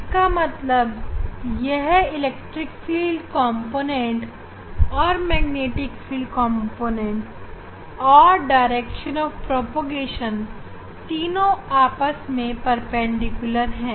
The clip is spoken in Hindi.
इसका मतलब यह इलेक्ट्रिक फ़ील्ड कॉम्पोनेंटऔर मैग्नेटिक फ़ील्ड कॉम्पोनेंटऔर प्रकाश की गति की दिशा तीनों आपस में परपेंडिकुलर है